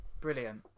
Brilliant